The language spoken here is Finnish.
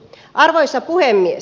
arvoisa puhemies